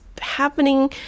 happening